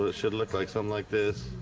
ah should look like something like this